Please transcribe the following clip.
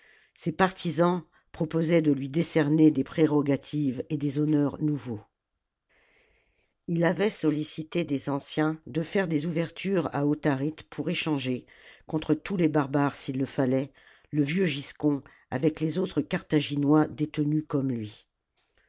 j tisans proposaient de lui décerner des prérogatives et des honneurs nouveaux ii avait sollicité les anciens de faire des ouvertures à autharite pour échanger contre tous les barbares s'il le fallait le vieux giscon avec les autres carthaginois détenus comme lui